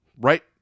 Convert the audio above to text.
right